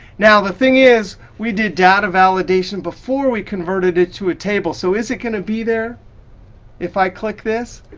now the thing is we did data validation before we converted it to a table so is it going to be there if i click this?